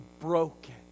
broken